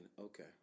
okay